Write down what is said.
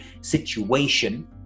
situation